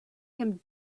him